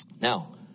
now